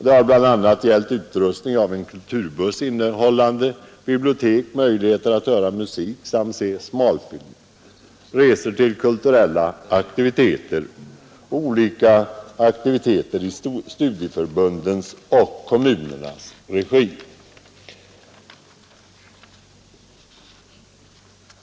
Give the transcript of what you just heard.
Det har bl.a. gällt anskaffandet av en kulturbuss innehållande bibliotek samt utrustning för att höra musik och se smalfilm. Vidare har man anordnat resor till kulturaktiviteter samt olika aktiviteter i studieförbundens och kommunernas regi.